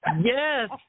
Yes